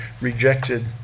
rejected